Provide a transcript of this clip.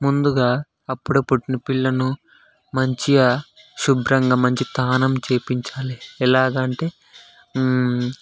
ముందుగా అప్పుడే పుట్టిన పిల్లను మంచిగా శుభ్రంగా మంచి స్నానము చేయించాలి ఎలాగ అంటే